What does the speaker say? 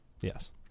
Yes